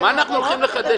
זה